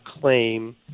claim